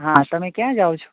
હાં તમે ક્યાં જાવ છો